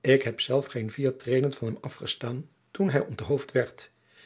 ik heb zelf geen vier treden van hem afgestaan toen hij onthoofd werd